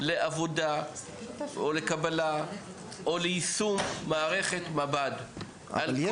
לעבודה או לקבלה או ליישום מערכת מב"ד על כל